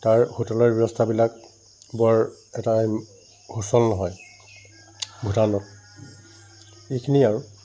তাৰ হোটেলৰ ব্যৱস্থাবিলাক বৰ এটা সুচল নহয় ভূটানত এইখিনিয়ে আৰু